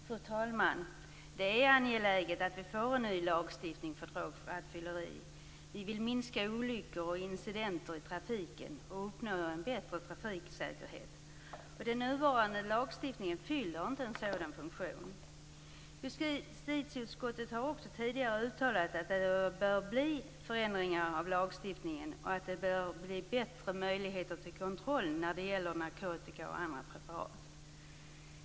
Fru talman! Det är angeläget att vi får en ny lagstiftning mot drograttfylleri. Vi vill minska olyckor och incidenter i trafiken och uppnå en bättre trafiksäkerhet. Den nuvarande lagstiftningen fyller inte en sådan funktion. Justitieutskottet har tidigare uttalat att det bör bli ändringar i lagstiftningen och att det bör bli bättre möjligheter till kontroll av narkotika och andra preparat.